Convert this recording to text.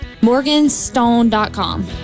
Morganstone.com